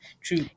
true